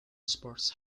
sports